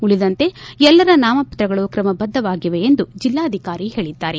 ಉಳಿದಂತೆ ಎಲ್ಲರ ನಾಮಪತ್ರಗಳು ಕ್ರಮಬದ್ದವಾಗಿವೆ ಎಂದು ಜಿಲ್ಲಾಧಿಕಾರಿ ಹೇಳಿದ್ದಾರೆ